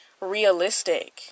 realistic